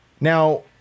now